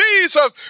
Jesus